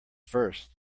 first